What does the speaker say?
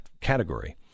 category